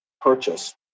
purchase